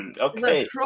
okay